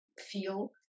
feel